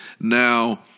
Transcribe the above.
now